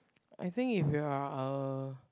I think if you're a